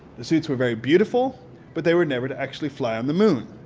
the suits were very beautiful but they were never to actually fly on the moon.